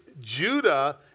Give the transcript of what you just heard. Judah